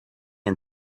and